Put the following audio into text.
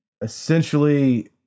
essentially